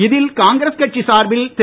இதில் காங்கிரஸ் கட்சி சார்பில் திரு